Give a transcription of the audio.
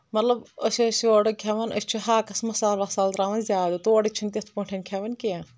مطلب أسۍ ٲسۍ یورٕ کھٮ۪ون أسۍ چھِ ہاکس مسالہٕ وسالہٕ تراوان زیادٕ تورٕکۍ چھِنہٕ تتھ پٲٹھ کھٮ۪وان کینٛہہ